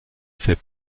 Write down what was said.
fait